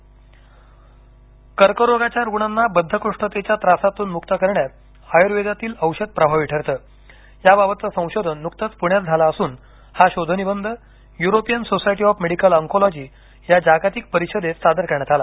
कर्करोग संशोधन कर्करोगाच्या रुग्णांना बद्धकोष्ठतेच्या त्रासातून मुक्त करण्यात आयुर्वेदातील औषध प्रभावी ठरते याबाबतचं संशोधन नुकतंचं प्ण्यात झालं असून हा शोधनिबंध European society of medical oncology या जागतिक परिषदेत सादर करण्यात आला